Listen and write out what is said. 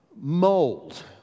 mold